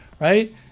Right